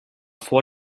vor